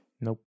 Nope